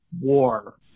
War